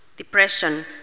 depression